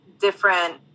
different